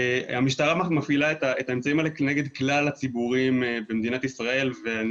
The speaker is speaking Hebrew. המשטרה מפעילה את האמצעים האלה כנגד כלל הציבורים במדינת ישראל ואני